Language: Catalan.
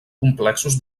complexos